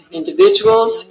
individuals